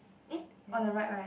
eh on the right right